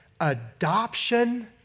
adoption